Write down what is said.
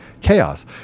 chaos